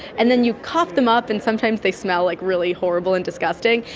and then you cough them up and sometimes they smell like really horrible and disgusting.